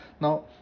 now